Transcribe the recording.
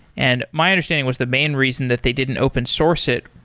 and my understanding was the main reason that they didn't open sourced it,